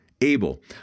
Abel